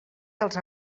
dels